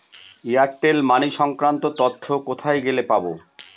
Airtel money সংক্রান্ত তথ্য কোথায় গেলে পাব?